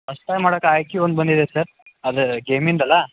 first time ಮಾಡೋಕೆ I Q ಒಂದು ಬಂದಿದೆ ಸರ್ ಅದು ಗೇಮಿಂದಲ್ಲ